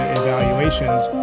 evaluations